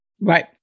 Right